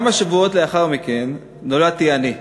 כמה שבועות לאחר מכן נולדתי אני.